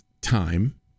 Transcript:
time